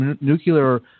nuclear